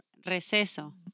Receso